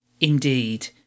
Indeed